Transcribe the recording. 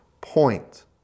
point